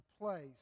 place